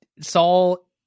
Saul